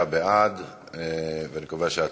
שישה בעד, ואני קובע שההצעה